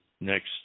next